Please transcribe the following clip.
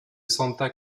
santa